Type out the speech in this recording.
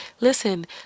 Listen